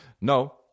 no